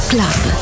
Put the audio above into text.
Club